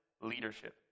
Leadership